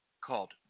called